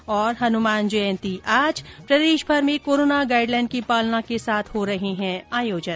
और ं हनुमान जयंती आज प्रदेशभर में कोरोना गाइड लाइन की पालना के साथ हो रहे हैं आयोजन